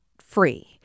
free